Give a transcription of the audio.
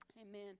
Amen